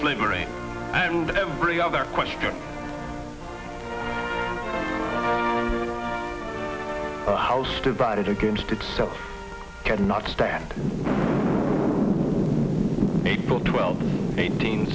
slavery and every other question house divided against itself cannot stand april twelfth eighteen